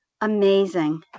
amazing